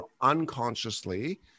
unconsciously